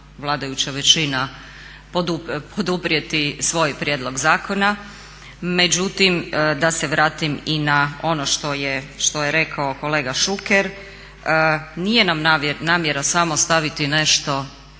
vladajuća većina poduprijeti svoj prijedlog zakona. Međutim, da se vratim i na ono što je rekao kolega Šuker. Nije nam namjera samo staviti nešto